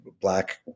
black